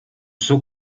suo